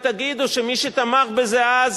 ותגידו שמי שתמך בזה אז,